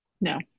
No